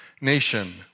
nation